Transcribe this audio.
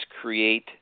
create